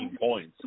points